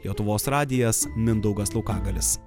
lietuvos radijas mindaugas laukagalis